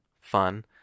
fun